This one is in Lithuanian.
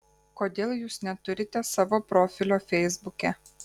kodėl jūs neturite savo profilio feisbuke